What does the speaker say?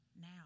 now